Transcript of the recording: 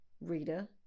Rita